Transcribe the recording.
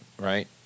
right